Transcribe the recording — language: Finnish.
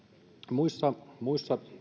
muissa muissa